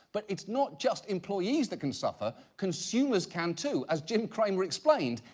but it's not just employees that can suffer, consumers can too, as jim cramer explained,